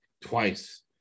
twice